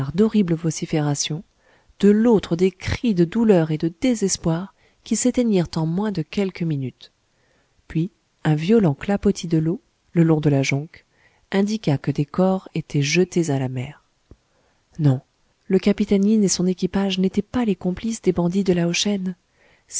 d'horribles vociférations de l'autre des cris de douleur et de désespoir qui s'éteignirent en moins de quelques minutes puis un violent clapotis de l'eau le long de la jonque indiqua que des corps étaient jetés à la mer non le capitaine yin et son équipage n'étaient pas les complices des bandits de